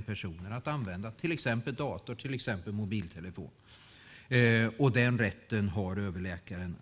personer att använda till exempel dator eller mobiltelefon. Den rätten har överläkaren.